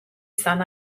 izan